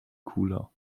cooler